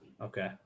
Okay